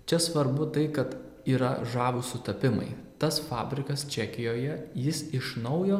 čia svarbu tai kad yra žavūs sutapimai tas fabrikas čekijoje jis iš naujo